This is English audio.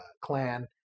clan